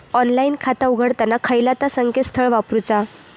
Online खाता उघडताना खयला ता संकेतस्थळ वापरूचा?